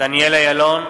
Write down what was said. דניאל אילון,